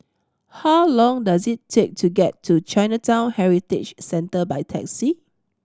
how long does it take to get to Chinatown Heritage Centre by taxi